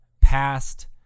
past